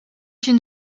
une